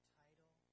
title